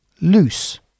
loose